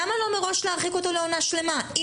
למה לא מראש להרחיק אותו לעונה שלימה אם